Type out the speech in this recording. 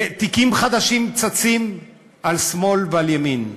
ותיקים חדשים צצים על שמאל ועל ימין.